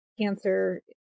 Cancer